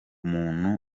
muntu